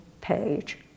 page